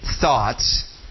thoughts